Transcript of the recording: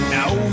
Now